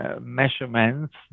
measurements